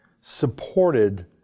supported